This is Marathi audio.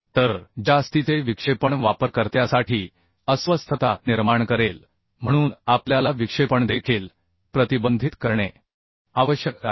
तर जास्तीचे विक्षेपण वापरकर्त्यासाठी अस्वस्थता निर्माण करेल म्हणून आपल्याला विक्षेपण देखील प्रतिबंधित करणे आवश्यक आहे